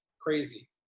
crazy